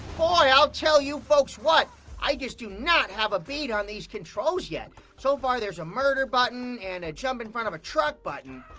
boy, i'll tell you folks what. i just do not have a bead on these controls yet. so far there's a murder button and a jump in front of a truck button.